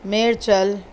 میرچل